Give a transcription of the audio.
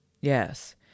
Yes